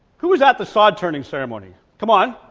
who was at the sod turning ceremony? come on